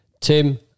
Tim